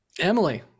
Emily